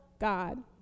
God